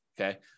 okay